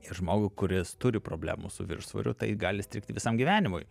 ir žmogui kuris turi problemų su viršsvoriu tai gali įstrigt visam gyvenimui